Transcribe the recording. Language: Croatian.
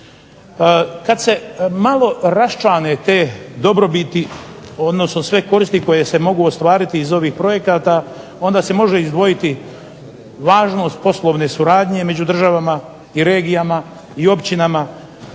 Kad se malo raščlane te dobrobiti, odnosno sve koristi koje se mogu ostvariti iz ovih projekata onda se može izdvojiti važnost poslovne suradnje među državama i regijama i općinama,